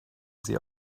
sie